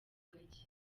gake